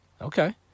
Okay